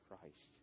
christ